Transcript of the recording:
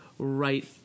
Right